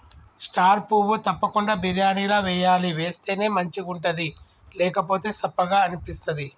star పువ్వు తప్పకుండ బిర్యానీల వేయాలి వేస్తేనే మంచిగుంటది లేకపోతె సప్పగ అనిపిస్తది